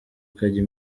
ukajya